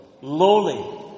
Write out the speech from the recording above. lowly